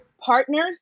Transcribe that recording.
partners